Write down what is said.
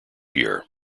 year